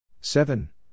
Seven